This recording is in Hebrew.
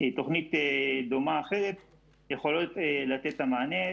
תוכנית דומה אחרת יכולות לתת את המענה.